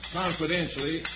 confidentially